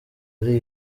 ari